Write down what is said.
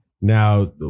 Now